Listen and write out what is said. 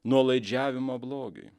nuolaidžiavimo blogiui